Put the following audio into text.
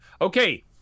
Okay